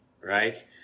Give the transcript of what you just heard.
right